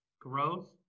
growth